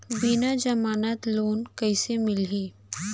बिना जमानत लोन कइसे मिलही?